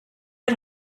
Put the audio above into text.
hat